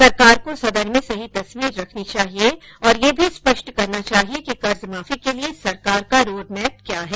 सरकार को सदन में सही तस्वीर रखनी चाहिए और यह भी स्पष्ट करना चाहिए कि कर्ज माफी के लिए सरकार का रोड मैप क्या है